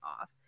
off